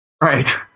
Right